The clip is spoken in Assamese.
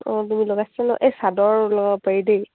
অঁ তুমি লগাইছো ন এই চাদৰ ল'গাব পাৰি দেই